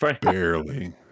Barely